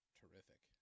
terrific